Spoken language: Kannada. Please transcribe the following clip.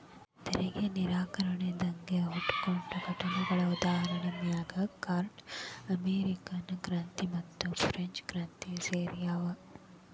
ತೆರಿಗೆ ನಿರಾಕರಣೆ ದಂಗೆ ಹುಟ್ಕೊಂಡ ಘಟನೆಗಳ ಉದಾಹರಣಿ ಮ್ಯಾಗ್ನಾ ಕಾರ್ಟಾ ಅಮೇರಿಕನ್ ಕ್ರಾಂತಿ ಮತ್ತುಫ್ರೆಂಚ್ ಕ್ರಾಂತಿ ಸೇರ್ಯಾವ